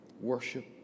worship